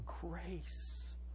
grace